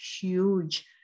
huge